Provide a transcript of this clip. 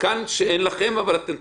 שלי לא רק